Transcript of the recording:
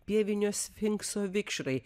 pievinio sfinkso vikšrai